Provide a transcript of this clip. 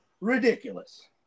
ridiculous